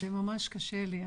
ממש קשה לי.